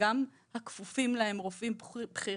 בנוסף, גם הכפופים להם, רופאים בכירים,